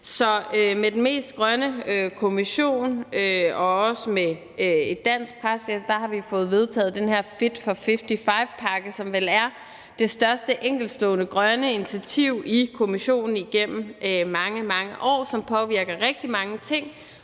med den mest grønne Kommission og også med et dansk pres fået vedtaget den her Fit for 55-pakke, som vel er det største enkeltstående grønne initiativ i Kommissionen igennem mange, mange år, og som påvirker rigtig mange ting.